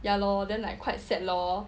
ya lor then like quite sad lor